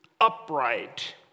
upright